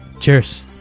Cheers